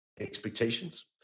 expectations